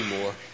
more